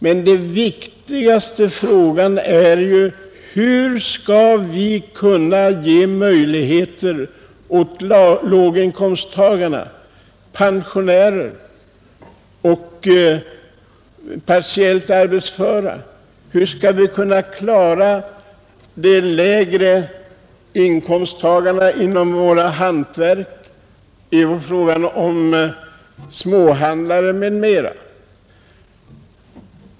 Men den viktigaste frågan är: Hur skall vi kunna hjälpa låginkomsttagarna, pensionärer, partiellt arbetsföra och även låginkomsttagarna bland hantverkare, småföretagare, m.